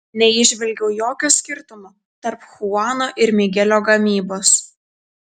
neįžvelgiau jokio skirtumo tarp chuano ir migelio gamybos